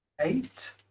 eight